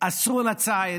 אסרו את הצייד,